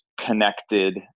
connected